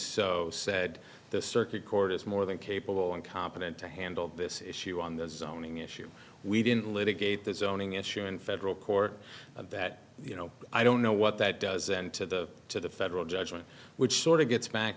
so said the circuit court is more than capable and competent to handle this issue on this owning issue we didn't litigate this zoning issue in federal court that you know i don't know what that does and to the to the federal judgment which sort of gets back